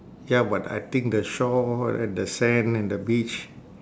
ya but I think the shore and the sand and the beach